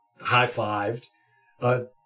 high-fived